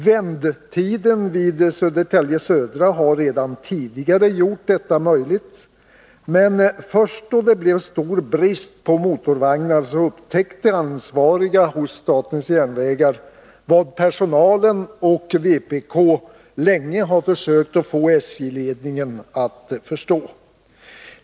Vändtiden vid Södertälje Södra har redan tidigare gjort detta möjligt, men först då det blev stor brist på motorvagnar upptäckte ansvariga hos statens järnvägar vad personalen och vpk länge försökt att få SJ-ledningen att förstå.